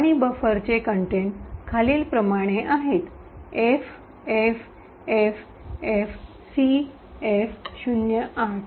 आणि बफरचे कंटेंट खालीलप्रमाणे आहे एफएफएफएफसीएफ०8